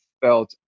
felt